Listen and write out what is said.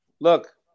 Look